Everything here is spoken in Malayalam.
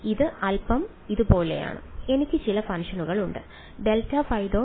ഇത് അൽപ്പം ഇതുപോലെയാണ് എനിക്ക് ചില ഫംഗ്ഷനുകൾ ഉണ്ട് ∇ϕ